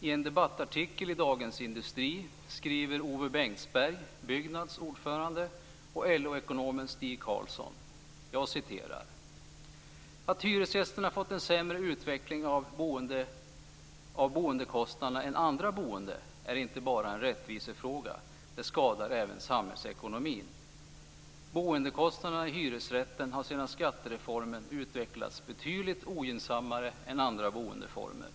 I en debattartikel i Dagens Industri skriver Ove Bengtsberg, Byggnads ordförande, och LO-ekonomen Stig Carlsson: "Att hyresgästerna fått sämre utveckling av boendekostnaderna än andra boende är inte bara en rättvisefråga; det skadar också samhällsekonomin. --- Bostadskostnaderna i hyresrätten har sedan skattereformen utvecklats betydligt ogynnsammare än i övriga upplåtelseformer.